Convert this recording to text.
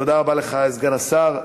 תודה רבה לך, סגן השר.